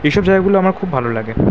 এইসব জায়গাগুলো আমার খুব ভালো লাগে